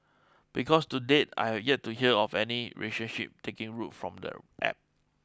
because to date I have yet to hear of any relationship taking root from the App